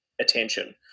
attention